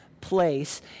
place